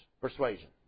persuasion